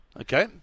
Okay